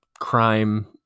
crime